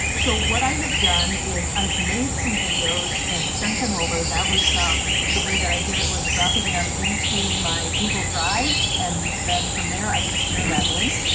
so what i have done is i've made some videos and sent them over, that was the way that i did it was dropping them into my google drive and then from there i could share that link.